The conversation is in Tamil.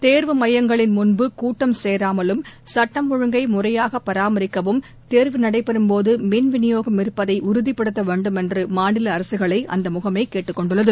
தேர்வு மையங்களின் முன்பு கூட்டம் சேராமலும் சட்டம் ஒழுங்கை முறையாக பராமரிக்கவும் தேர்வு நடைபெறும்போது மின்விநியோகம் இருப்பதை உறுதிப்படுத்த வேண்டும் என்று மாநில அரசுகளை அந்த முகமை கேட்டுக் கொண்டுள்ளது